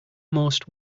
most